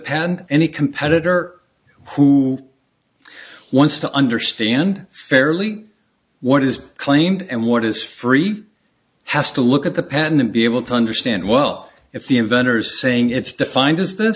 pen any competitor who once to understand fairly what is claimed and what is free has to look at the pen and be able to understand well if the inventor saying it's defined as th